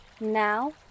Now